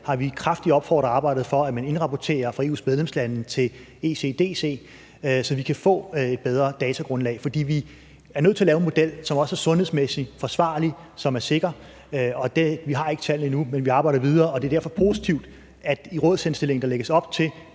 har vi kraftigt opfordret til og arbejdet for at man indrapporterer fra EU's medlemslande til ECDC, så vi kan få et bedre datagrundlag. For vi er også nødt til at lave en model, som er sundhedsmæssigt forsvarlig, og som er sikker, og vi har endnu ikke tallene. Men vi arbejder videre, og det er derfor positivt, at der i rådsindstillingen lægges op til